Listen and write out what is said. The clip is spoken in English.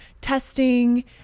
testing